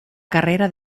carrera